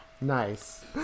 Nice